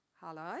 Hello